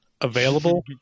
available